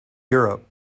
europe